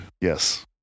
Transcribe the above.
yes